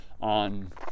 on